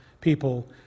people